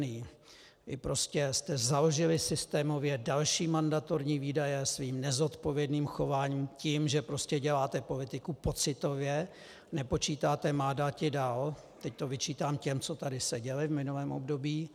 Vy jste prostě založili systémově další mandatorní výdaje svým nezodpovědným chováním, tím, že děláte politiku pocitově, nepočítáte má dátidal teď to vyčítám těm, co tady seděli v minulém období.